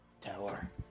tower